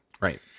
Right